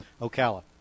Ocala